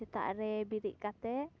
ᱥᱮᱛᱟᱜ ᱨᱮ ᱵᱮᱨᱮᱫ ᱠᱟᱛᱮ